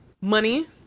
money